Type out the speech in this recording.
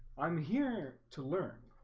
i'm here to learn